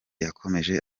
yakomeje